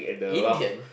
Indian